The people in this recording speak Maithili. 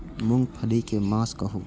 मूँग पकनी के मास कहू?